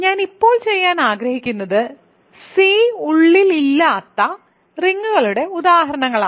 ഞാൻ ഇപ്പോൾ ചെയ്യാൻ ആഗ്രഹിക്കുന്നത് C ഉള്ളിൽ ഇല്ലാത്ത റിങ്ങുകളുടെ ഉദാഹരണങ്ങളാണ്